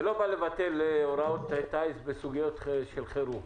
זה לא בא לבטל הוראות כלי טיס וסוגיות של חירום.